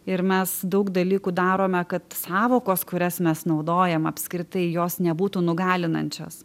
ir mes daug dalykų darome kad sąvokos kurias mes naudojam apskritai jos nebūtų nugalinančios